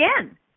again